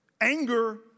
anger